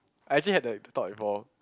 I actually have the thought before